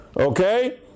Okay